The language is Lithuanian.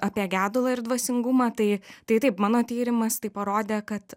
apie gedulą ir dvasingumą tai tai taip mano tyrimas tai parodė kad